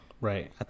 right